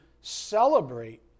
celebrate